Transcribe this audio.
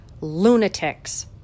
lunatics